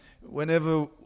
Whenever